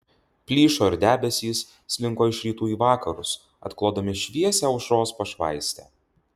plyšo ir debesys slinko iš rytų į vakarus atklodami šviesią aušros pašvaistę